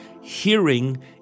hearing